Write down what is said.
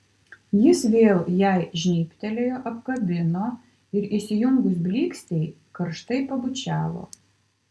jis vėl jai žnybtelėjo apkabino ir įsijungus blykstei karštai pabučiavo